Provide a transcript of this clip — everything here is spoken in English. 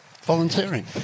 volunteering